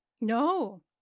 No